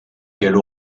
gallo